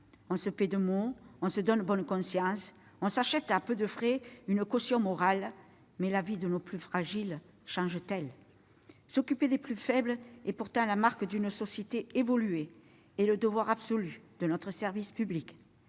On se paye de mots, on se donne bonne conscience, on s'achète à peu de frais une caution morale, mais la vie de nos plus fragiles change-t-elle ? S'occuper des plus faibles est pourtant la marque d'une société évoluée et le devoir absolu de notre service public.